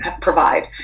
provide